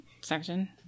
section